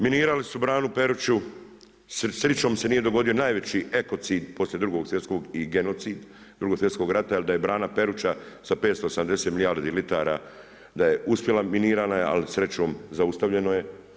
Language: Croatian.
Minirani su branu Peruću, srećom se nije dogodila najveći ekocid i genocid poslije drugog svjetskog i genocid, drugog svjetskog rata, jer da je brana Peruća sa 570 milijardi litara da je uspjela minirana je ali srećom zaustavljeno je.